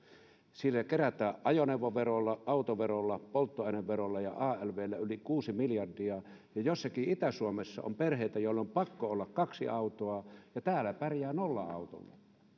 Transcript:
sillä kerätään ajoneuvoverolla autoverolla polttoaineverolla ja alvllä yli kuusi miljardia ja jossakin itä suomessa on perheitä joilla on pakko olla kaksi autoa ja täällä pärjää nollalla autolla